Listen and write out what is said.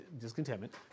discontentment